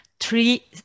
three